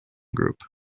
group